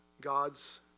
God's